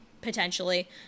potentially